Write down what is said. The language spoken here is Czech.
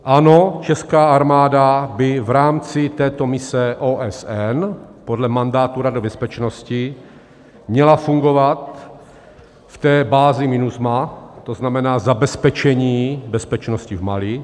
Ano, česká armáda by v rámci této mise OSN podle mandátu Rady bezpečnosti měla fungovat v té bázi MINUSMA, to znamená zabezpečení bezpečnosti v Mali.